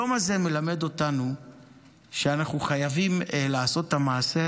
היום הזה מלמד אותנו שאנחנו חייבים לעשות את המעשה,